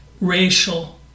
racial